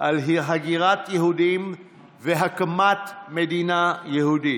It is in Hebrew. להגירת יהודים והקמת מדינה יהודית.